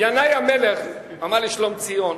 ינאי המלך אמר לשלומציון: